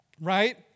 right